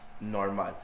normal